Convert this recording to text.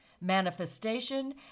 manifestation